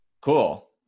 Cool